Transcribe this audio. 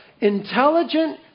intelligent